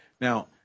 Now